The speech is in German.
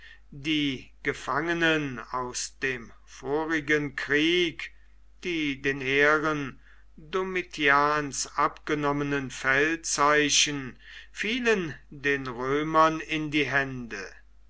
die gefangenen aus dem vorigen krieg die den heeren domitians abgenommenen feldzeichen fielen den römern in die hände